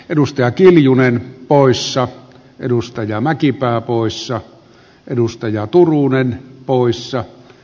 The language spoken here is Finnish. edustaja kiljunen poissa edustaja mäkipää poissa edustaja turunen selviävät